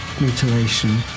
mutilation